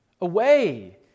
away